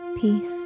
peace